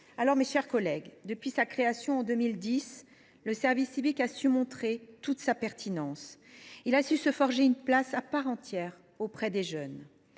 Chers collègues, depuis sa création en 2010, le service civique a su montrer toute sa pertinence et se forger une place à part entière auprès des jeunes.